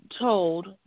told